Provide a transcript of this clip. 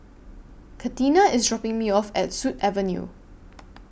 Katina IS dropping Me off At Sut Avenue